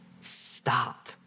stop